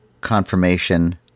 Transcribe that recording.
confirmation